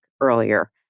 earlier